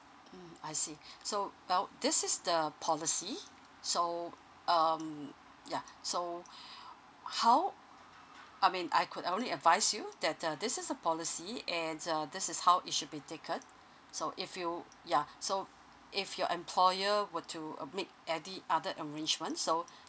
mm I see so well this is the policy so um yeah so how I mean I could only advise you that uh this is the policy and uh this is how it should be taken so if you yeah so if your employer would to admit edit other arrangements so